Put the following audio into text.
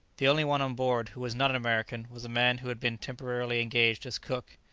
the only one on board who was not an american was a man who had been temporarily engaged as cook.